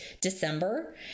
December